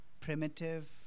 primitive